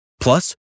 Plus